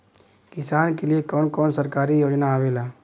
किसान के लिए कवन कवन सरकारी योजना आवेला?